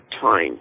time